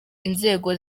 inzego